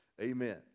Amen